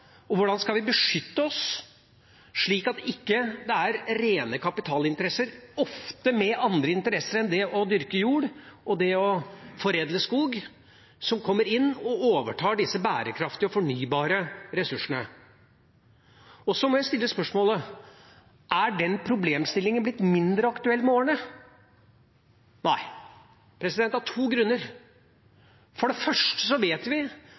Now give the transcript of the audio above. og hvordan man skulle beskytte seg, slik at det ikke er rene kapitalinteresser, ofte med andre interesser enn det å dyrke jord og foredle skog, som kommer inn og overtar disse bærekraftige og fornybare ressursene. Så må jeg stille spørsmålet: Er den problemstillingen blitt mindre aktuell med årene? Nei, og det er to grunner til det: For det første vet vi